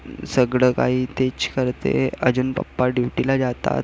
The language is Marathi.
सगळं काही तेच करते अजून पप्पा ड्यूटीला जातात